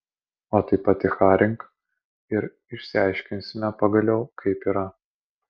o tai paticharink ir išsiaiškinsime pagaliau kaip yra